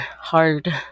hard